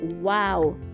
wow